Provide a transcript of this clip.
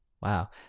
Wow